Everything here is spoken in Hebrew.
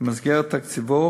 במסגרת תקציבו,